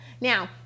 now